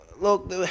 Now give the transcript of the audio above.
look